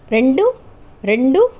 రెండు రెండు